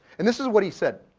and, this is what he said.